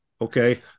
Okay